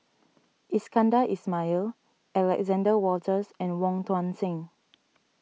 Iskandar Ismail Alexander Wolters and Wong Tuang Seng